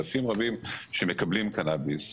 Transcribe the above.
אלפים רבים שמקבלים קנאביס,